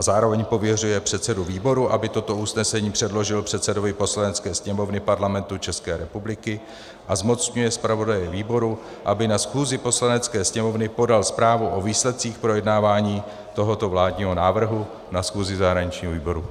Zároveň pověřuje předsedu výboru, aby toto usnesení předložil předsedovi Poslanecké sněmovny Parlamentu České republiky, a zmocňuje zpravodaje výboru, aby na schůzi Poslanecké sněmovny podal zprávu o výsledcích projednávání tohoto vládního návrhu na schůzi zahraničního výboru.